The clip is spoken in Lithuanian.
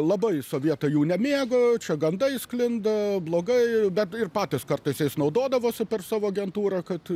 labai sovietai jų nemėgo čia gandai sklinda blogai bet patys kartais jais naudodavosi per savo agentūrą kad